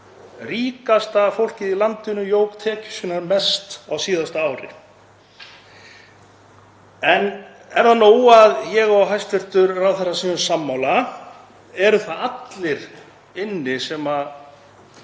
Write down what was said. Ríkasta fólkið í landinu jók tekjur sínar mest á síðasta ári. En er það nóg að ég og hæstv. ráðherra séum sammála? Eru þá allir inni sem